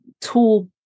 tool